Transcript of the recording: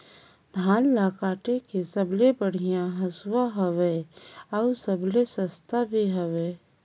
धान ल काटे के सबले बढ़िया हंसुवा हवये? अउ सबले सस्ता भी हवे?